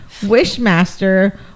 Wishmaster